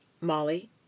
Molly